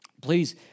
please